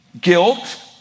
guilt